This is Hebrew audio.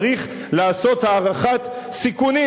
צריך לעשות הערכת סיכונים.